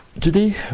today